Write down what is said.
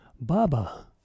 Baba